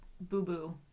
boo-boo